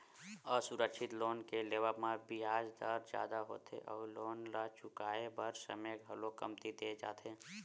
असुरक्छित लोन के लेवब म बियाज दर जादा होथे अउ लोन ल चुकाए बर समे घलो कमती दे जाथे